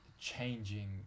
changing